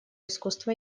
искусство